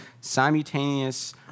simultaneous